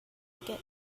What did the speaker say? get